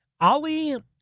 Ali